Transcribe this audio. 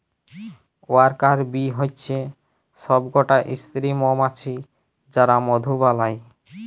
worker bee হচ্যে সব কটা স্ত্রী মমাছি যারা মধু বালায়